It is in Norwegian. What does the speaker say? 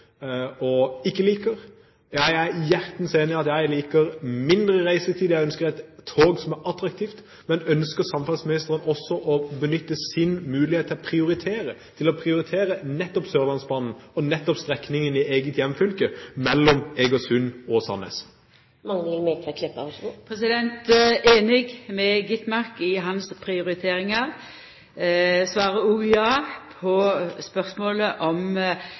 og ikke liker. Jeg er hjertens enig – jeg liker kortere reisetid, jeg ønsker et tog som er attraktivt – men ønsker samferdselsministeren også å benytte sin mulighet til å prioritere nettopp Sørlandsbanen og strekningen i eget hjemfylke mellom Egersund og Sandnes? Eg er einig med Skovholt Gitmark i prioriteringane hans. Svaret er òg ja på spørsmålet om